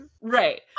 right